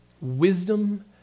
Wisdom